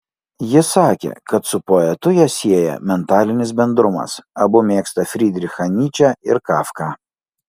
ji sakė kad su poetu ją sieja mentalinis bendrumas abu mėgsta frydrichą nyčę ir kafką